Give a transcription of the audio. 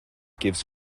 gives